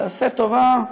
תעשה טובה,